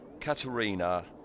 Katerina